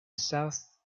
south